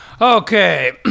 Okay